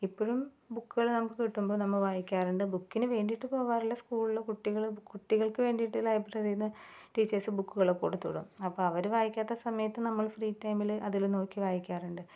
ഇപ്പോഴും ബുക്കുകൾ നമുക്ക് കിട്ടുമ്പോൾ നമ്മൾ വായിക്കാറുണ്ട് ബുക്കിന് വേണ്ടിയിട്ട് പോകാറില്ല സ്കൂളില് കുട്ടികൾ കുട്ടികൾക്ക് വേണ്ടിയിട്ട് ലൈബ്രറിയിൽ നിന്ന് ടീച്ചേഴ്സ് ബുക്കുകള് കൊടുത്ത് വിടും അപ്പോൾ അവര് വായിക്കാത്ത സമയത്ത് നമ്മൾ ഫ്രീ ടൈമില് അതില് നോക്കി വായിക്കാറുണ്ട്